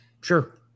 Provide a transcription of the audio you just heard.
sure